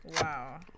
wow